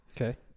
Okay